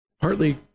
partly